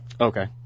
Okay